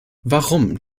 warum